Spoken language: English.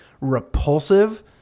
repulsive